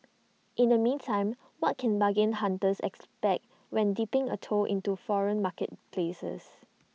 in the meantime what can bargain hunters expect when dipping A toe into foreign marketplaces